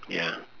ya